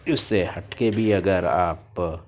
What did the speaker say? اس سے ہٹ کے بھی اگر آپ